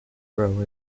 grow